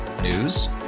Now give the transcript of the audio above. News